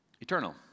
eternal